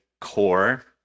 core